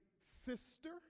sister